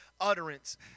utterance